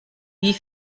wie